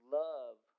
love